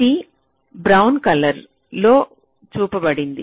ఇది brown colour లో చూపబడుతుంది